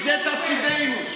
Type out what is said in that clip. זה תפקידנו.